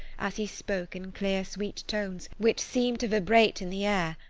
as he spoke in clear, sweet tones, which seemed to vibrate in the air,